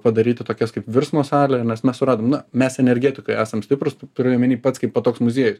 padaryti tokias kaip virsmo salę nes mes suradom na mes energetikoj esam stiprūs turiu omeny pats kaipo toks muziejus